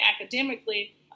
academically